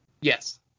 Yes